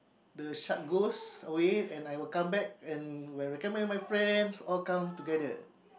the shark goes away and I will come back and will recommend my friends all come together